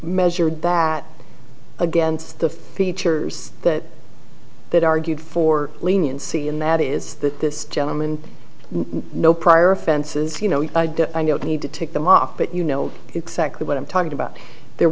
measured against the features that that argued for leniency in that is that this gentleman no prior offenses you know you need to take them off but you know exactly what i'm talking about there